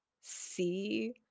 see